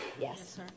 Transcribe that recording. Yes